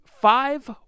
five